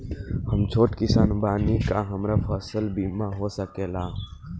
हम छोट किसान बानी का हमरा फसल बीमा हो सकेला?